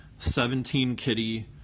17-kitty